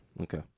Okay